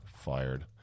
fired